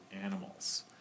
animals